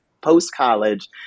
post-college